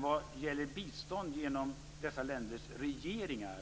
Vad gäller bistånd genom dessa länders regeringar